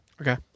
Okay